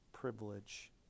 privilege